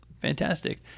fantastic